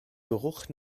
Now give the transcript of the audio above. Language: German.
geruch